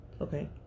Okay